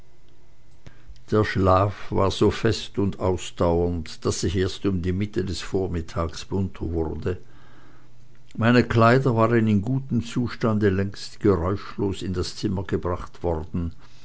der schlaf war so fest und andauernd daß ich erst um die mitte des vormittags munter wurde meine kleider waren in gutem zustande längst geräuschlos in das zimmer gebracht worden